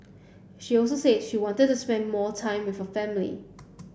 she also said she wanted to spend more time with her family